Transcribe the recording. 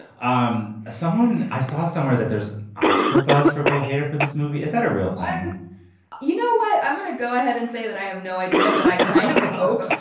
um ah someone i saw somewhere that there's oscar buzz for bill hader for this movie. is that a real thing you know what i'm going to go ahead and say that i have no idea but i kind of hope.